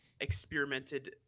experimented